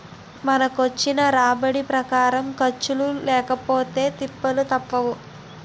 మనకొచ్చిన రాబడి ప్రకారం ఖర్చులు లేకపొతే తిప్పలు తప్పవు